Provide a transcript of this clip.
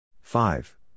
five